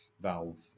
valve